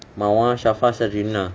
mawar shafa sadrina